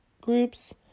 groups